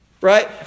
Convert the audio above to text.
Right